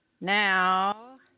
Now